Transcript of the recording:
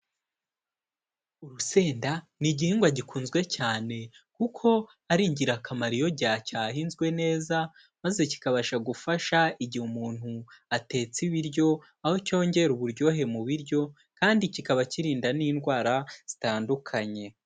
Urusenda ni igihingwa gikunzwe cyane kuko ari ingirakamaro iyo gihe cyahinzwe neza, maze kikabasha gufasha igihe umuntu atetse ibiryo, aho cyongera uburyohe mu biryo kandi kikaba kirinda n'indwara zitandukanye.